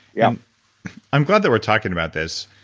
yeah i'm glad that we're talking about this,